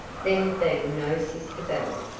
there had been no sister belle,